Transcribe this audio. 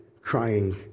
crying